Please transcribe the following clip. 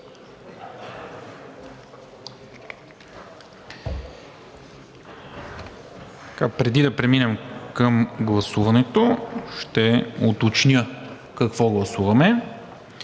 Преди да преминем към гласуването, ще уточня какво гласуваме: